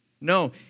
No